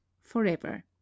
forever